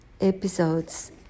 episodes